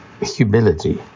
Humility